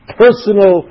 personal